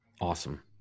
Awesome